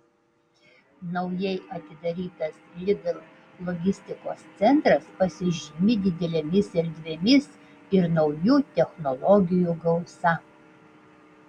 naujai atidarytas lidl logistikos centras pasižymi didelėmis erdvėmis ir naujų technologijų gausa